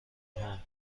هام